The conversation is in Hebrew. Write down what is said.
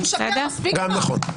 די --- מספיק כבר.